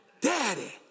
daddy